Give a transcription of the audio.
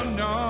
no